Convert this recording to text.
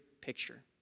picture